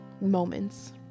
moments